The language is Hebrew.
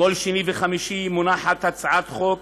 בכל שני וחמישי מונחת הצעת חוק